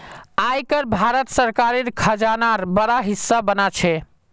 आय कर भारत सरकारेर खजानार बड़ा हिस्सा बना छे